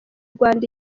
rwanda